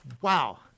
Wow